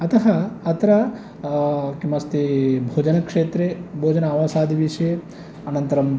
अतः अत्र किमस्ति भोजनक्षेत्रे भोजन आवासादिविषये अनन्तरं